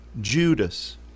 Judas